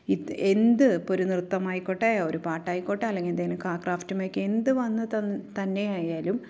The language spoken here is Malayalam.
എന്ത് ഇപ്പോള് ഒരു നൃത്തം ആയിക്കോട്ടെ ഒരു പാട്ടായിക്കോട്ടെ അല്ലെങ്കില് എന്തെങ്കിലും ക്രാഫ്റ്റ് മെയ്ക്കിങ്ങ് എന്ത് വന്ന്തന്നു തന്നെയായാലും